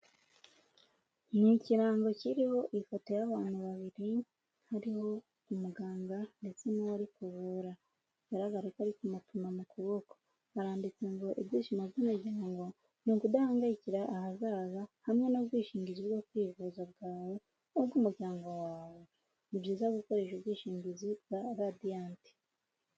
Ni ikirango kiriho ifoto y'abantu babiri, hariho umuganga ndetse n'uwo ari kuvura. Bigaragare ko ari kumupima mu kuboko. Haranditse ngo ibyishimo by'imiryango ni ukudahangayikira ahazaza, hamwe n'ubwishingizi bwo kwivuza bwawe n'ubw'umuryango wawe. Ni byiza gukoresha ubwishingizi bwa Radiyanti.